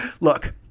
Look